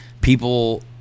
people